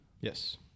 Yes